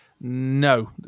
No